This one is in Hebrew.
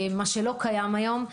מה שלא קיים כיום.